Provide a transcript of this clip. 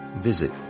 Visit